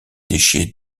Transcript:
déchets